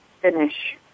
finish